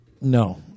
No